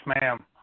ma'am